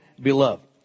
beloved